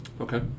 Okay